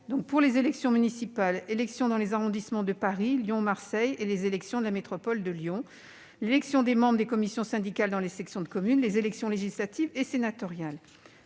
pour : les élections municipales, les élections dans les arrondissements de Paris, Lyon et Marseille et les élections à la métropole de Lyon ; l'élection des membres des commissions syndicales dans les sections de commune ; les élections législatives et sénatoriales.